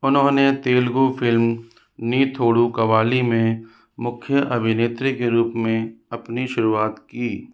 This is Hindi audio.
उन्होंने तेलुगू फ़िल्म नी थोडु कावाली में मुख्य अभिनेत्री के रूप में अपनी शुरुआत की